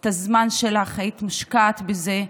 את הזמן שלך, היית מושקעת בזה.